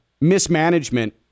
mismanagement